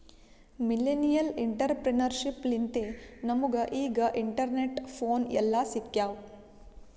millennial entrepreneurship ಲಿಂತೆ ನಮುಗ ಈಗ ಇಂಟರ್ನೆಟ್, ಫೋನ್ ಎಲ್ಲಾ ಸಿಕ್ಯಾವ್